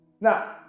Now